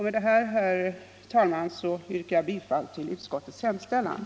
Med dessa ord, herr talman, yrkar jag bifall till utskottets hemställan.